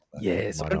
Yes